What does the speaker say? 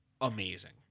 amazing